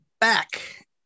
back